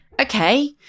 Okay